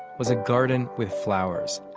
was a garden with flowers.